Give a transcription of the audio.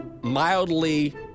mildly